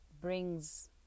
brings